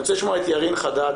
אני מבקש לצרף את ירין חדיד,